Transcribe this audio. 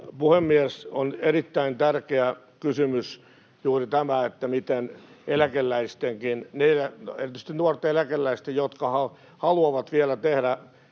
puhemies! On erittäin tärkeä kysymys juuri tämä, miten eläkeläistenkin — erityisesti nuorten eläkeläisten, jotka haluavat vielä tehdä